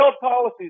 policies